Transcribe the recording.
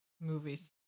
movies